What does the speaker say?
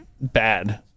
bad